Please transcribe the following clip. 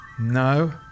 No